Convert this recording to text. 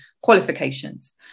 qualifications